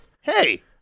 hey